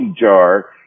jar